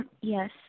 Yes